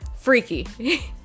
freaky